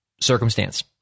circumstance